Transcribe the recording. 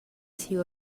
siu